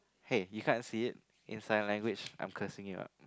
hey you can't see it in sign language I'm cursing you or not